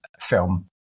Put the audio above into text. film